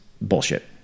bullshit